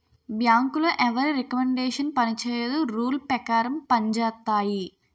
బ్యాంకులో ఎవరి రికమండేషన్ పనిచేయదు రూల్ పేకారం పంజేత్తాయి